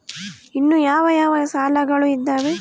ಇನ್ನು ಯಾವ ಯಾವ ಸಾಲಗಳು ಇದಾವೆ?